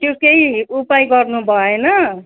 त्यो केही उपाय गर्नु भएन